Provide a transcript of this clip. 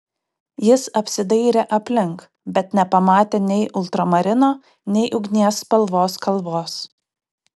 jis apsidairė aplink bet nepamatė nei ultramarino nei ugnies spalvos kalvos